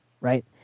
right